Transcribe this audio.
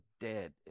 dead